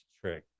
trick